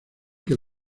que